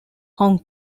hong